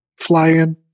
flying